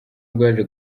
bwaje